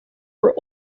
were